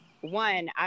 one